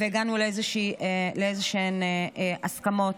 והגענו לאיזשהן הסכמות.